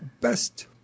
best